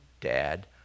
dad